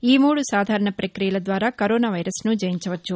ఈ మూడు సాధారణ పక్రియల ద్వారా కరోనా వైరస్ను జయించవచ్చు